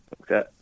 Okay